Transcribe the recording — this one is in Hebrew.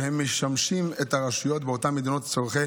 והם משמשים את הרשויות באותן מדינות לצורכי